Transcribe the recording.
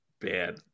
bad